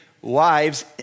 wives